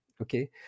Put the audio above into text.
okay